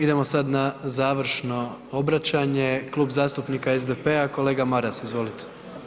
Idemo sad na završno obraćanje, Klub zastupnika SDP-a, kolega Maras, izvolite.